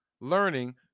learning